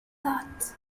that